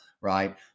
right